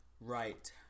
Right